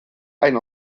ein